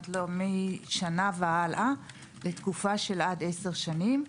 משנה והלאה, לתקופה של עד עשר שנים.